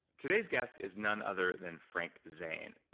today's guest is none other than frank zane.